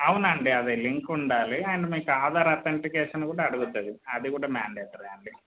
అవును అండి అదే లింక్ ఉండాలి అండ్ మీకు ఆధార్ ఆథంటికేషన్ కూడా అడుగుతుంది అది అది కూడా మ్యాండేటరీ అండి